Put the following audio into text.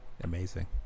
amazing